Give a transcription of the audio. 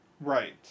right